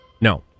No